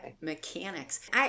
mechanics